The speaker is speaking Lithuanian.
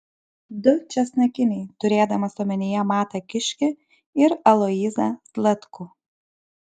du česnakiniai turėdamas omenyje matą kiškį ir aloyzą zlatkų